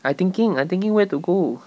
I thinking I thinking where to go